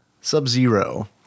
Sub-Zero